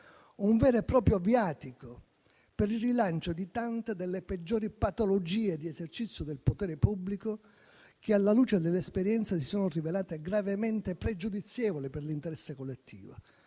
un vero e proprio viatico per il rilancio di tante delle peggiori patologie d'esercizio del potere pubblico che, alla luce dell'esperienza, si sono rivelate gravemente pregiudizievoli per l'interesse collettivo.